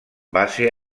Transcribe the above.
base